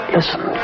Listen